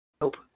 Nope